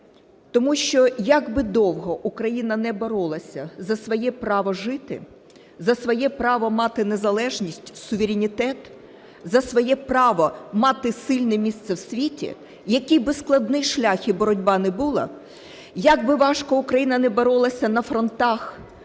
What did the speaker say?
тому що, як би довго Україна не боролася за своє право жити, за своє право мати незалежність, суверенітет, за своє право мати сильне місце в світі, який би складний шлях і боротьба не була, як би важко Україна не боролася на фронтах,